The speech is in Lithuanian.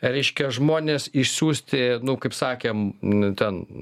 reiškia žmonės išsiųsti nu kaip sakėm ten